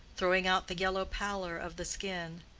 throwing out the yellow pallor of the skin,